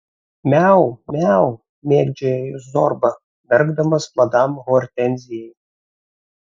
miau miau mėgdžiojo juos zorba merkdamas madam hortenzijai